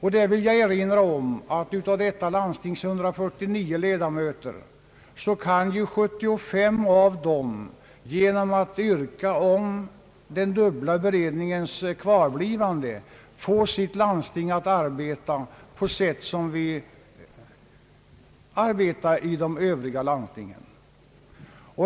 Jag vill erinra om att av detta landstings 149 ledamöter kan 75 genom att yrka på att den dubbla beredningen bibehålles få sitt landsting att arbeta på samma sätt som vi arbetar i de övriga landstingen.